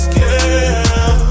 girl